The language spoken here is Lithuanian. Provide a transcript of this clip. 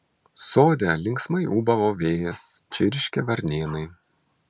sode linksmai ūbavo vėjas čirškė varnėnai